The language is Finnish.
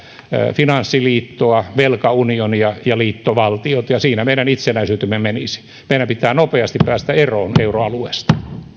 finanssiliittoa velkaunionia ja liittovaltiota ja siinä meidän itsenäisyytemme menisi meidän pitää nopeasti päästä eroon euroalueesta